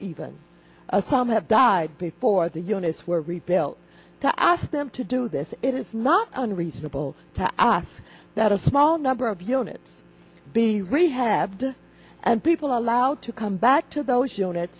even a some have died before the units were rebuilt to ask them to do this it is not unreasonable to ask that a small number of units be rehabbed and people are allowed to come back to th